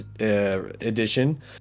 edition